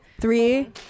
Three